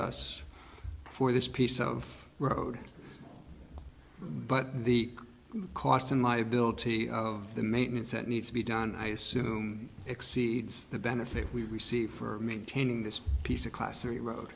us for this piece of road but the cost and liability of the maintenance that needs to be done i assume exceeds the benefit we receive for maintaining this piece a class three road